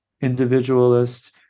individualist